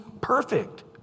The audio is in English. perfect